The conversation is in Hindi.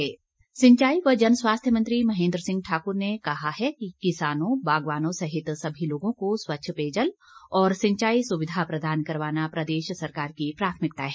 महेंद्र सिंह सिंचाई व जन स्वास्थ्य मंत्री महेन्द्र सिंह ठाकुर ने कहा है कि किसानों बागवानों सहित सभी लोगों को स्वच्छ पेयजल और सिंचाई सुविधा प्रदान करवाना प्रदेश सरकार की प्राथमिकता है